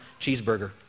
cheeseburger